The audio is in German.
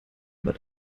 aber